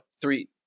three –